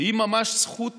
היא ממש זכות